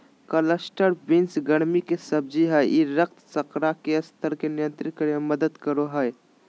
cluster beans गर्मि के सब्जी हइ ई रक्त शर्करा के स्तर के नियंत्रित करे में मदद करो हइ